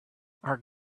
our